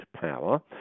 power